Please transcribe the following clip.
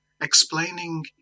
explaining